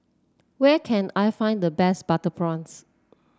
where can I find the best Butter Prawns